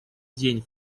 день